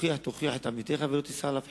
הוכח תוכיח את עמיתך ולא תישא עליו חטא.